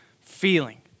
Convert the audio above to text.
feeling